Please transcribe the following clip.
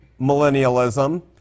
millennialism